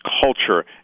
culture